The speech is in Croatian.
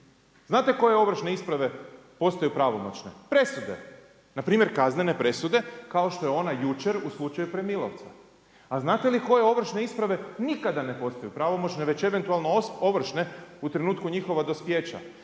Znate koje ovršne isprave postaju pravomoćne? Presude. Na primjer kaznene presude kao što je ona jučer u slučaju Premilovca. A znate li koje ovršne isprave nikada ne postaju pravomoćne već eventualno ovršne u trenutku njihova dospijeća?